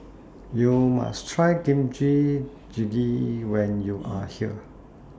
YOU must Try Kimchi Jjigae when YOU Are here